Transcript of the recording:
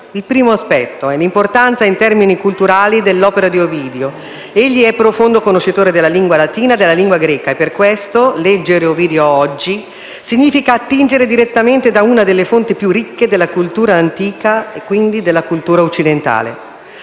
Il primo aspetto è l'importanza in termini culturali dell'opera di Ovidio. Egli è profondo conoscitore della lingua latina e della lingua greca e per questo leggere Ovidio oggi significa attingere direttamente da una delle fonti più ricche della cultura antica e, quindi, della cultura occidentale.